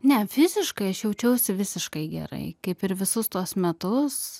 ne fiziškai aš jaučiausi visiškai gerai kaip ir visus tuos metus